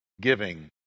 giving